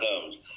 comes